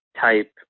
type